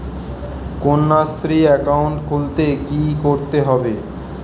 Kanyashree account খুলতে কী করতে হবে?